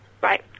Right